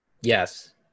yes